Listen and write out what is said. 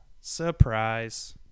surprise